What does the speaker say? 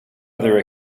other